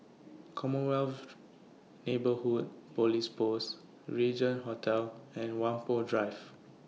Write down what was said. Commonwealth Neighbourhood Police Post Regin Hotel and Whampoa Drive